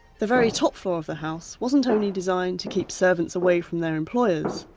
the very top floor of the house wasn't only designed to keep servants away from their employers,